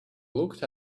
looked